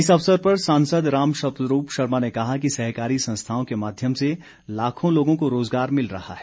इस अवसर पर सांसद राम स्वरूप शर्मा ने कहा कि सहकारी संस्थाओं के माध्यम से लाखों लोगों को रोजगार मिल रहा है